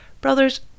Brothers